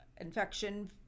infection